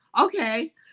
okay